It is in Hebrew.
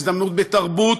הזדמנות בתרבות,